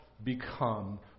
Become